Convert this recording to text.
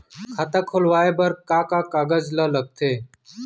खाता खोलवाये बर का का कागज ल लगथे?